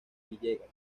villegas